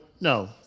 No